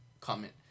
comment